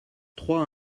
trois